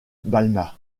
balma